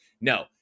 No